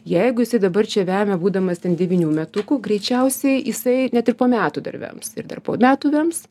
jeigu jisai dabar čia vemia būdamas ten devynių metukų greičiausiai jisai net ir po metų dar vems ir dar po metų vems